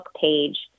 page